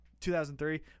2003